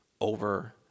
over